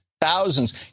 thousands